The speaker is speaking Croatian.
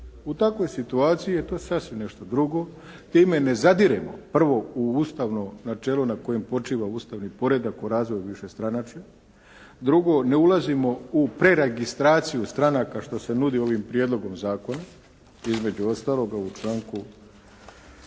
U takvoj situaciji je to sasvim nešto drugo, time ne zadiremo prvo u ustavno načelo na kojem počiva ustavni poredak o razvoju višestranačja. Drugo, ne ulazimo u preregistraciju stranaka što se nudi ovim prijedlogom zakona između ostaloga u članku